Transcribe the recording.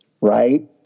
right